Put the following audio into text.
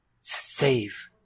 Save